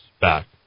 back